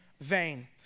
vain